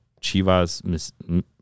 Chivas